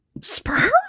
sperm